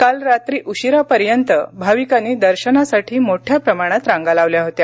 काल रात्री उशिरापर्यंत भाविकांनी दर्शनासाठी मोठ्या प्रमाणात रांगा लावल्या होत्या